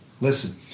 Listen